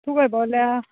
तूं खंय पावल्या